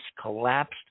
collapsed